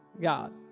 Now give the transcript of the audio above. God